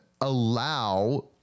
allow